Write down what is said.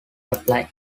apply